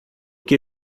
que